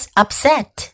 upset